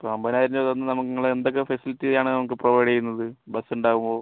അമ്പതിനായിരം രൂപ തന്ന് നിങ്ങൾ എന്തൊക്കെ ഫെസിലിറ്റി ആണ് നമുക്ക് പ്രൊവൈഡ് ചെയ്യുന്നത് ബസ്സ് ഉണ്ടാകുമോ